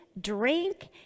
drink